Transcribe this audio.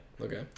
okay